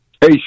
Hey